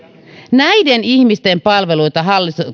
näiden ihmisten palveluita